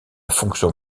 fonction